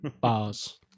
Bars